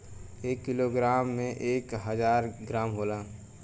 एक किलोग्राम में एक हजार ग्राम होला